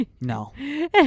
no